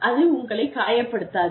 அது உங்களைக் காயப்படுத்தாது